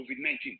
COVID-19